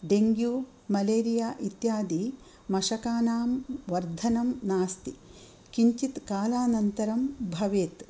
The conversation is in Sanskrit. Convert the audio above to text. डेङ्ग्यू मलेरिया इत्यादि मशकानां वर्धनं नास्ति किञ्चित् कालानन्तरं भवेत्